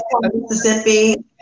Mississippi